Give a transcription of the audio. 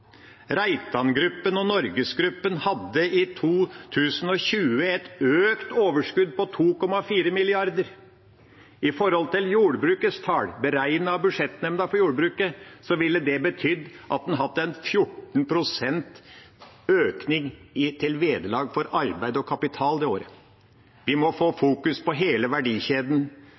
Reitangruppen og NorgesGruppen hadde i 2020 et økt overskudd på 2,4 mrd. kr. I forhold til jordbrukets tall, beregnet av Budsjettnemnda for jordbruket, ville det betydd at en hadde hatt 14 pst. økning til vederlag for arbeid og kapital det året. Vi må få fokus på hele verdikjeden.